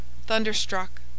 thunderstruck